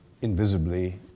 invisibly